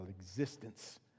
existence